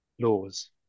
laws